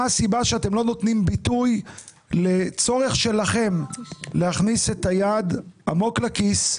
מה הסיבה שאתם לא נותנים ביטוי לצורך שלכם להכניס את היד עמוק לכיס.